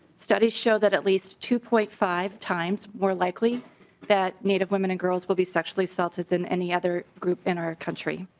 study show at least two point five times more likely that native women and girls will be sexually assaulted than any other group in our country.